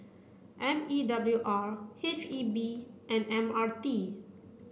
M E W R H E B and M R T